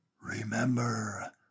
Remember